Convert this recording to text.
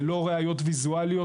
ללא ראיות ויזואליות,